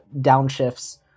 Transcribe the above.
downshifts